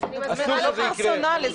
מה שקורה עכשיו זה ש --- זה לא פרסונלי.